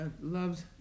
loves